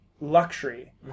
luxury